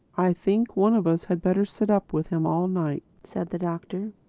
i think one of us had better sit up with him all night, said the doctor.